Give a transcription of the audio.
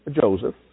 Joseph